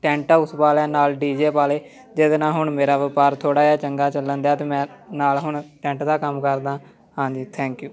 tent house ਵਾਲਿਆਂ ਨਾਲ D J ਪਾ ਲਏ ਜਿਹਦੇ ਨਾਲ ਹੁਣ ਮੇਰਾ ਵਪਾਰ ਥੋੜ੍ਹਾ ਜਿਹਾ ਚੰਗਾ ਚੱਲਣ ਦਿਆ ਅਤੇ ਮੈਂ ਨਾਲ ਹੁਣ ਟੈਂਟ ਦਾ ਕੰਮ ਕਰਦਾ ਹਾਂਜੀ ਥੈਂਕ ਯੂ